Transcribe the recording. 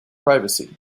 privacy